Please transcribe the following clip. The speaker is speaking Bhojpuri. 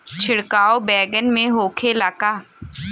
छिड़काव बैगन में होखे ला का?